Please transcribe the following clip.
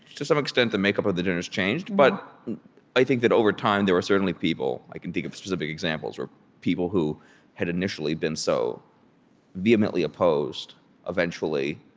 to some extent the makeup of the dinners changed, but i think that over time, there were certainly people i can think of specific examples where people who had initially been so vehemently opposed eventually